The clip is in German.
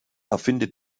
erfinde